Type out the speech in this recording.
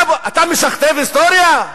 אתה משכתב היסטוריה?